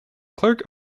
clerk